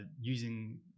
using